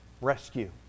Rescue